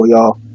y'all